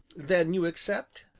then you accept?